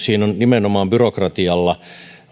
siinä on nimenomaan byrokratialla